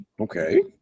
Okay